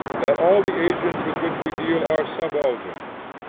that all the agents with which we deal are subalterns,